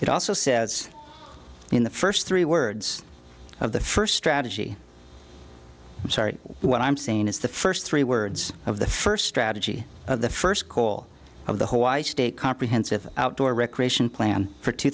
it also says in the first three words of the first strategy i'm sorry what i'm saying is the first three words of the first strategy of the first call of the hawaii state comprehensive outdoor recreation plan for two